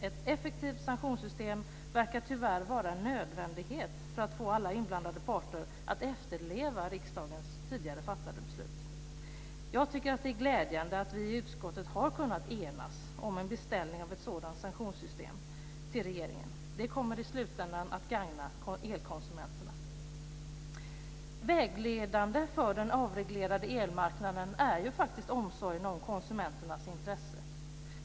Ett effektivt sanktionssystem verkar tyvärr vara en nödvändighet för att få alla inblandade parter att efterleva riksdagens tidigare fattade beslut. Jag tycker att det är glädjande att vi i utskottet har kunnat enas om en beställning till regeringen av ett sådant sanktionssystem. Det kommer i slutändan att gagna elkonsumenterna. Vägledande för den avreglerade elmarknaden är ju faktiskt omsorgen om konsumenternas intressen.